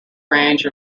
range